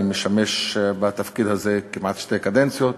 אני משמש בתפקיד הזה כמעט שתי קדנציות.